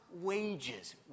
wages